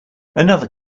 another